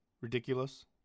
Ridiculous